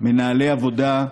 מנהלי עבודה,